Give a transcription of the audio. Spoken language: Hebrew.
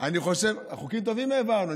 אני חושב, חוקים תמיד העברנו.